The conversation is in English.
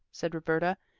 said roberta.